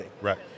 Right